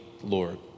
Lord